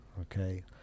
okay